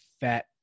fat